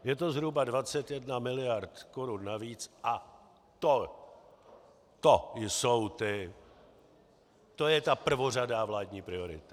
Je to zhruba 21 miliard korun navíc a to to jsou ty, to je ta prvořadá vládní priorita.